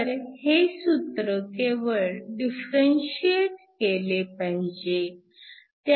तर हे सूत्र केवळ डिफरन्शिएट केले पाहिजे